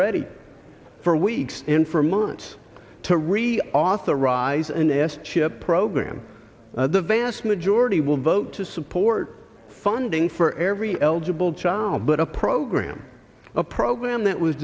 ready for weeks and for months to reauthorize a nest schip program the vast majority will vote to support funding for every eligible child but a program a program that was